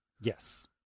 Yes